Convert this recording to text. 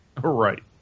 Right